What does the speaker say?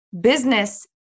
business